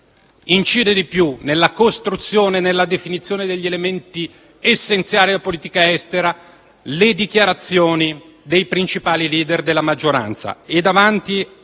ne voglia - nella costruzione e nella definizione degli elementi essenziali della politica estera incidono di più le dichiarazioni dei principali *leader* della maggioranza.